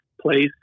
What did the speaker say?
place